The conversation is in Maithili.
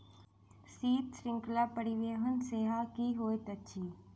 शीत श्रृंखला परिवहन सेवा की होइत अछि?